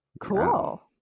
Cool